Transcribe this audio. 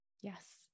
Yes